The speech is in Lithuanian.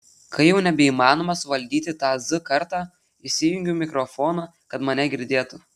kai jau nebeįmanoma suvaldyti tą z kartą įsijungiu mikrofoną kad mane girdėtų